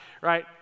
right